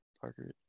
Parker